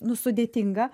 nu sudėtinga